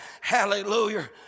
hallelujah